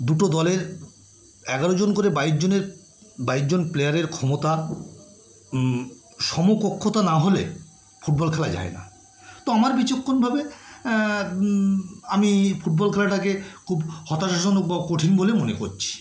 দুটো দলের এগারো জন করে বাইশ জনের বাইশ জন প্লেয়ারের ক্ষমতা সমকক্ষতা না হলে ফুটবল খেলা যায় না তো আমার বিচক্ষণ ভাবে আমি ফুটবল খেলাটাকে খুব হতাশাজনক বা কঠিন বলে মনে করছি